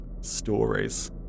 stories